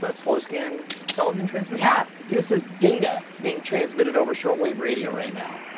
ah slow scan television transmission? yeah! this is data being transmitted over shortwave radio right now.